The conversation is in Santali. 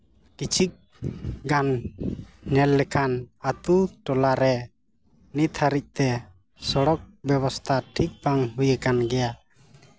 ᱠᱤᱪᱷᱩᱠ ᱜᱟᱱ ᱧᱮᱞ ᱞᱮᱠᱷᱟᱱ ᱟᱹᱛᱩ ᱴᱚᱞᱟ ᱨᱮ ᱱᱤᱛ ᱦᱟᱹᱨᱤᱡᱛᱮ ᱥᱚᱲᱚᱠ ᱵᱮᱵᱚᱥᱛᱷᱟ ᱴᱷᱤᱠ ᱵᱟᱝ ᱦᱩᱭ ᱟᱠᱟᱱ ᱜᱮᱭᱟ